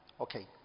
Okay